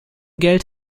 geld